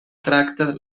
tracta